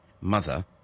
mother